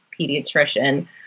pediatrician